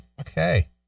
Okay